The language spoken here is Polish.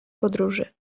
podróży